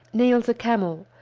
kneels a camel,